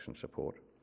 support